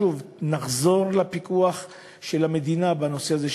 שוב נחזור לפיקוח של המדינה בנושא הזה,